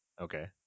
Okay